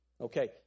Okay